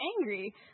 angry